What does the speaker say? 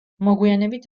მოგვიანებით